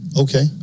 Okay